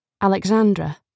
Alexandra